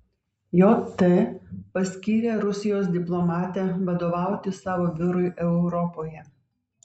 jt paskyrė rusijos diplomatę vadovauti savo biurui europoje